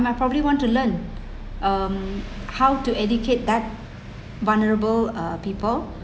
might probably want to learn um how to educate that uh vulnerable people